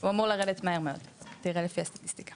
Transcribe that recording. הוא אמור לרדת מהר מאוד, תראה לפי הסטטיסטיקה.